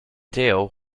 deal